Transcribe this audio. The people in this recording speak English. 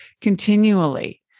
continually